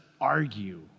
argue